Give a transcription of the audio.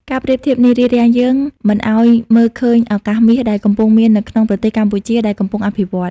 ការប្រៀបធៀបនេះរារាំងយើងមិនឱ្យមើលឃើញ "ឱកាសមាស" ដែលកំពុងមាននៅក្នុងប្រទេសកម្ពុជាដែលកំពុងអភិវឌ្ឍ។